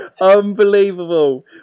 Unbelievable